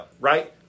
Right